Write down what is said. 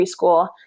preschool